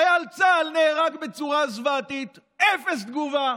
חייל צה"ל נהרג בצורה זוועתית, אפס תגובה,